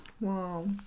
Wow